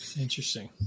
Interesting